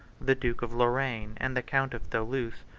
the duke of lorraine and the count of tholouse,